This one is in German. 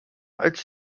als